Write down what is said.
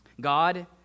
God